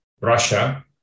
Russia